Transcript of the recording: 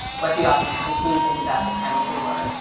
what the author's conclusions about the chemical were,